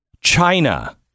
China